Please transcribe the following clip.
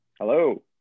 Hello